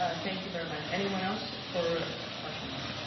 ah thank you very much. anyone else for questions?